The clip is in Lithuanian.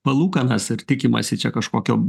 palūkanas ar tikimasi čia kažkokio